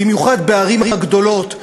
במיוחד בערים הגדולות,